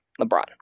LeBron